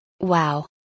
Wow